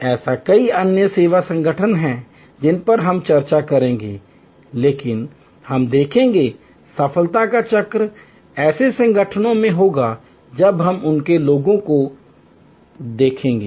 ऐसे कई अन्य सेवा संगठन हैं जिन पर हम चर्चा करेंगे लेकिन हम देखेंगे सफलता का चक्र ऐसे संगठनों में होगा जब हम उनके लोगों को देखेंगे